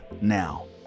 now